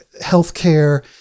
healthcare